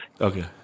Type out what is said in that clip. okay